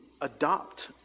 adopt